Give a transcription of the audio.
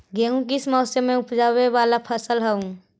गेहूं किस मौसम में ऊपजावे वाला फसल हउ?